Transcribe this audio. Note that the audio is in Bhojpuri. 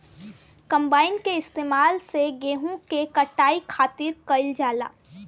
कंबाइन के इस्तेमाल से गेहूँ के कटाई खातिर कईल जाला